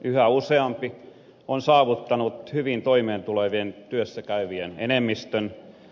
yhä useampi on saavuttanut hyvin toimeen tulevien työssä käyvien enemmistön